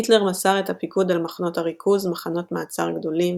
היטלר מסר את הפיקוד על מחנות הריכוז - מחנות מעצר גדולים,